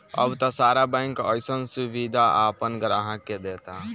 अब त सारा बैंक अइसन सुबिधा आपना ग्राहक के देता